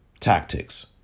tactics